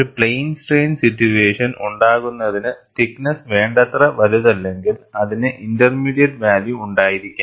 ഒരു plane strain situation ഉണ്ടാകുന്നതിന് thickness വേണ്ടത്ര വലുതല്ലെങ്കിൽ അതിന് ഇന്റർമീഡിയറ്റ് വാല്യൂ ഉണ്ടായിരിക്കാം